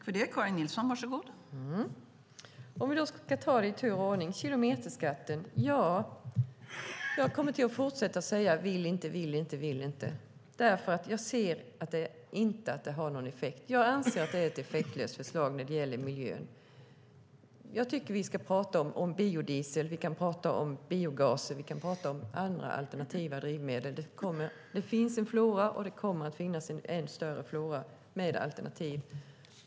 Fru talman! Jag ska försöka ta det i tur och ordning. När det gäller kilometerskatten kommer jag att fortsätta säga: Jag vill inte, vill inte. Jag anser att det är ett effektlöst förslag när det gäller miljön. Jag tycker att vi ska prata om biodiesel, biogaser och andra alternativa drivmedel. Det finns en flora och det kommer att finnas en ännu större flora av alternativ.